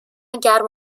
گرم